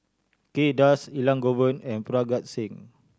Kay Das Elangovan and Parga Singh